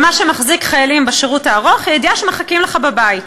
ומה שמחזיק חיילים בשירות הארוך הוא הידיעה שמחכים לך בבית.